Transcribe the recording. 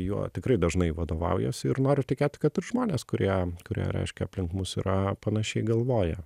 juo tikrai dažnai vadovaujuos ir noriu tikėti kad ir žmonės kurie kurie reiškia aplink mus yra panašiai galvoja